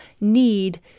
need